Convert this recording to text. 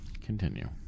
Continue